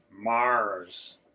mars